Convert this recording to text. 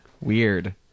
Weird